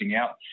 out